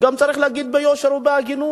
צריך להגיד ביושר ובהגינות: